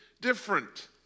different